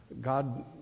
god